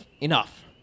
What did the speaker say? enough